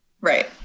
right